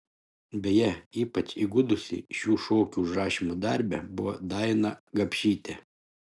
beje ypač įgudusi šių šokių užrašymo darbe buvo daina gapšytė